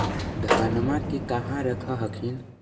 धनमा के कहा रख हखिन?